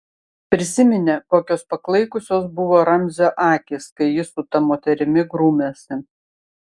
prisiminė kokios paklaikusios buvo ramzio akys kai jis su ta moterimi grūmėsi